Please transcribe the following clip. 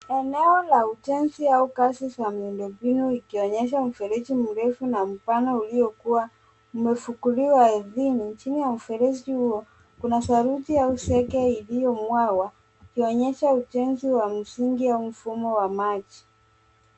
Eneo la ujenzi au kazi za miundombinu, ikionyesha mfereji mrefu na mpana uliokuwa umefukuliwa ardhini. Chini ya mfereji huo, kuna saruji au sege iliyomwagwa ikionyesha ujenzi wa msingi au mfumo wa maji.